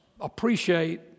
appreciate